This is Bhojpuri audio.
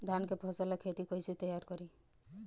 धान के फ़सल ला खेती कइसे तैयार करी?